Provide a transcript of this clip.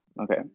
okay